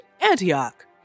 Antioch